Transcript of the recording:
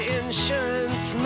insurance